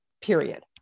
period